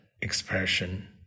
expression